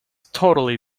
totally